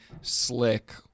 slick